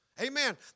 Amen